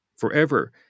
forever